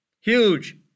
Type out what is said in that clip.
huge